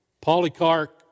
Polycarp